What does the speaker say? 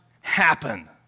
happen